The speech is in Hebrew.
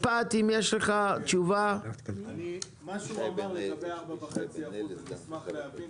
לגבי מה שנאמר לגבי 4.5% נשמח להבין,